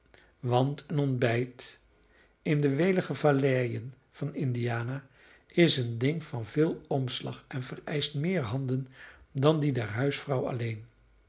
want een ontbijt in de welige valleien van indiana is een ding van veel omslag en vereischt meer handen dan die der huisvrouw alleen